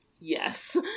Yes